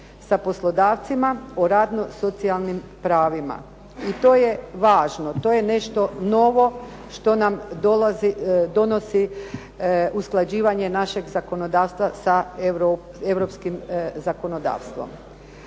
sa poslodavcima o radno-socijalnim pravima. I to je važno. To je nešto novo što nam donosi usklađivanje našeg zakonodavstva sa europskim zakonodavstvom.